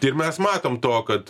ir mes matom to kad